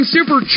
Super